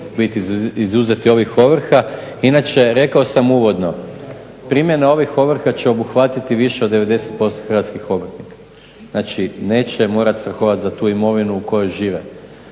izuzeti ovih ovrha. Inače rekao sam uvodno primjena ovih ovrha će obuhvatiti više od 90% hrvatskih obrtnika, znači neće morati strahovati za tu imovinu u kojoj žive,